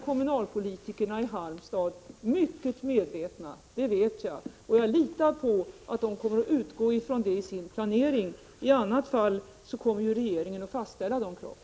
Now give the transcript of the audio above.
Kommunalpolitikerna i Halmstad är mycket medvetna om detta — det vet jag — och jag litar på att de kommer att utgå från det i sin planering. I annat fall kommer ju regeringen att fastställa de kraven.